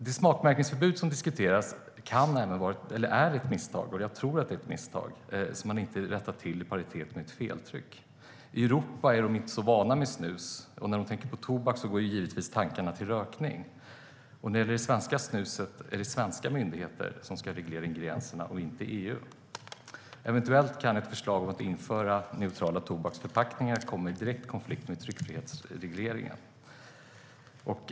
Det smakmärkningsförbud som diskuteras kan vara ett misstag som man inte har rättat till, i paritet med ett feltryck. I Europa är de inte så vana vid snus, och när de tänker på tobak går tankarna givetvis till rökning. När det gäller det svenska snuset är det svenska myndigheter som ska reglera ingredienserna och inte EU. Eventuellt kan ett förslag om att införa neutrala tobaksförpackningar komma i direkt konflikt med tryckfrihetsregleringen.